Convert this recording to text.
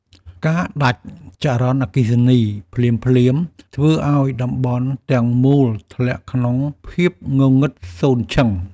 ការដាច់ចរន្តអគ្គិសនីភ្លាមៗ ធ្វើឱ្យតំបន់ទាំងមូលធ្លាក់ក្នុងភាពងងឹតសូន្យឈឹង។